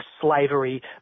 slavery